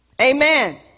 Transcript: Amen